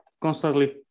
constantly